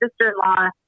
sister-in-law